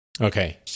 Okay